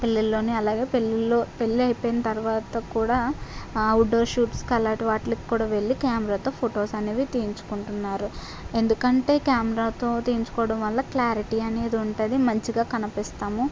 పిల్లల్లోనే అలాగే పెళ్ళిళ్ళు పెళ్ళి అయిపోయిన తర్వాత కూడా అవుట్డోర్ షూట్స్కు అలాంటి కలాటి వాటిల్లకు కూడా వెళ్ళి కెమెరాతో ఫొటోస్ అనేవి తీయించుకుంటున్నారు ఎందుకంటే కెమెరాతో తీయించుకోవడం వల్ల క్ల్యారిటీ అనేది ఉంటుంది మంచిగా కనిపిస్తాము